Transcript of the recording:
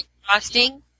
frosting